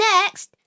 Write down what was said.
Next